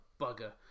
Bugger